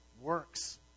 works